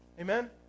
Amen